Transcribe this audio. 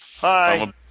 Hi